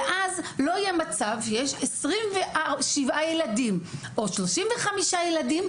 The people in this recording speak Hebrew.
ואז לא יהיה מצב שיש 27 ילדים או 35 ילדים,